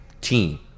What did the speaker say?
team